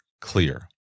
clear